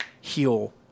heal